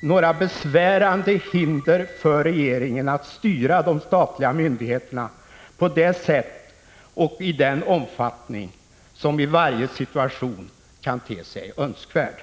några besvärande hinder för regeringen att styra de statliga myndigheterna på det sätt och i den omfattning som i varje situation kan te sig önskvärt.